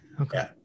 Okay